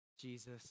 Jesus